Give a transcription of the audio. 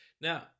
Now